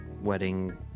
wedding